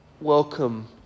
Welcome